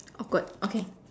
awkward okay